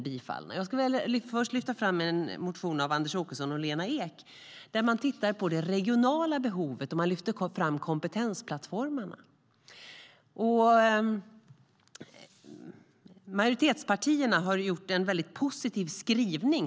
Jag skulle först vilja lyfta fram en motion av Anders Åkesson och Lena Ek där de tittar på det regionala behovet och lyfter fram kompetensplattformarna. Majoritetspartierna har gjort en väldigt positiv skrivning.